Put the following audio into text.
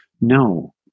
no